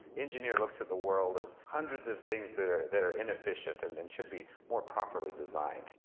engineer looks at the world as hundreds of things that are that are inefficient and and should be more properly designed.